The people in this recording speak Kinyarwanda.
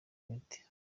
imiti